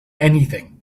anything